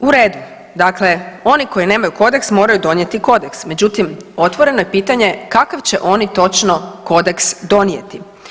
U redu, dakle oni koji nemaju kodeks moraju donijeti kodeks, međutim otvoreno je pitanje kakav će oni točno kodeks donijeti?